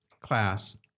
class